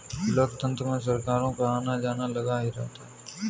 लोकतंत्र में सरकारों का आना जाना लगा ही रहता है